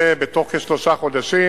ובתוך כשלושה חודשים,